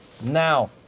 Now